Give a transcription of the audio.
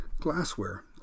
glassware